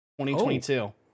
2022